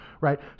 right